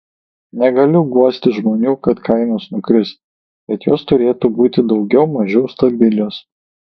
negaliu guosti žmonių kad kainos nukris bet jos turėtų būti daugiau mažiau stabilios